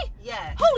Yes